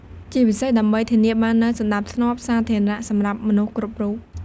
ជាពិសេស ដើម្បីធានាបាននូវសណ្តាប់ធ្នាប់សាធារណៈសម្រាប់មនុស្សគ្រប់រូប។